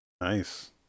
Nice